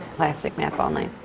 plastic map only. oh.